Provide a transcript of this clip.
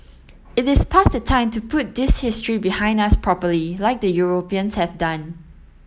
it is past the time to put this history behind us properly like the Europeans have done